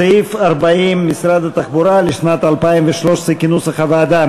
סעיף 40, משרד התחבורה, לשנת 2013, כנוסח הוועדה.